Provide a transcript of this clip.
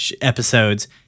episodes